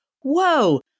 whoa